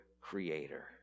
creator